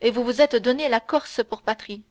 et vous vous êtes donné la corse pour patrie